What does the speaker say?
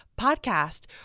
podcast